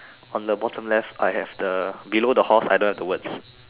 on the bottom left I have the below the horse I don't have the words